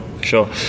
Sure